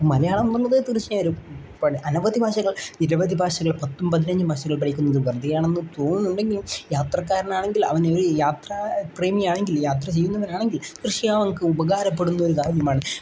മലയാളം എന്ന് പറയുന്നത് തീർച്ചയായിട്ടും ഒരു പ അനവധി ഭാഷകൾ നിരവധി ഭാഷകൾ പത്തും പതിനഞ്ച് ഭാഷകൾ പഠിക്കുന്നത് വെറുതെയാണെന്ന് തോന്നുന്നുണ്ടെങ്കിലും യാത്രക്കാരനാണെങ്കിൽ അവൻ ഒരു യാത്ര പ്രേമിയാണെങ്കിൽ യാത്ര ചെയ്യുന്നവരാണെങ്കിൽ കൃഷിക്കാർക്ക് ഉപകാരപ്പെടുന്ന ഒരു കാര്യമാണ്